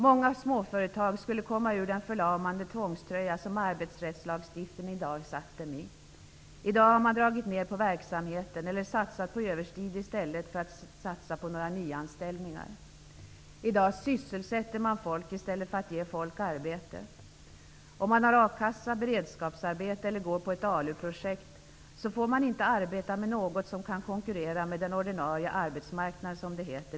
Många småföretag skulle komma ur den förlamande tvångströja som arbetsrättslagstiftningen satt dem i. I dag drar företagen ned på verksamheten, eller satsar på övertid istället för att satsa på nyanställningar. I dag sysselsätter man folk i stället för att ge folk arbete. Om man har a-kassa, beredskapsarbete eller går på ett ALU-projekt får man inte arbeta med något som kan konkurrera med den ordinarie arbetsmarknaden, som det heter.